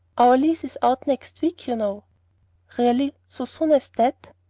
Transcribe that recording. our lease is out next week, you know. really so soon as that?